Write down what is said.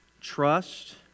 Trust